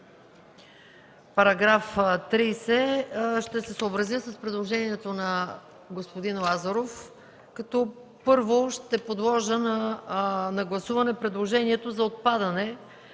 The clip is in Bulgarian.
на § 30, ще се съобразя с предложението на господин Лазаров, като първо ще подложа на гласуване предложението за отпадане